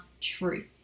truth